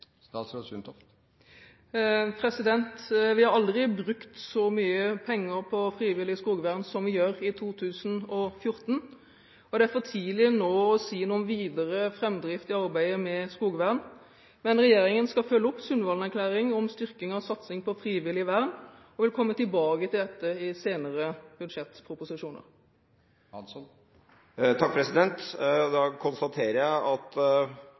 Vi har aldri brukt så mye penger på frivillig skogvern som vi gjør i 2014. Det er for tidlig nå å si noe om videre framdrift i arbeidet med skogvern, men regjeringen skal følge opp Sundvolden-erklæringen om styrking av satsing på frivillig vern og vil komme tilbake til dette i senere budsjettproposisjoner. Da konstaterer jeg at